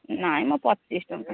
ନାଇଁ ମ ପଚିଶ ଟଙ୍କା